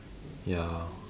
ya